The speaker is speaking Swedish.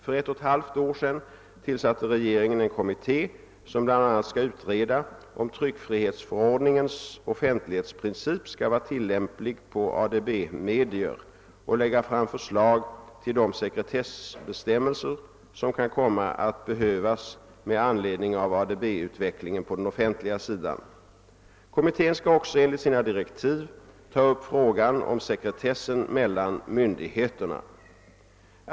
För ett och ett halvt år sedan tillsatte regeringen en kommitté som bl.a. skall utreda, om tryckfrihetsförordningens offentlighetsprincip skall vara tillämplig på ADB-medier, och lägga fram förslag till de sekretessbestämmelser som kan komma att behövas med anledning av ADB-utvecklingen på den offentliga sidan. Kommittén skall också enligt sina direktiv ta upp frågan om sekretessen mellan myndigheterna.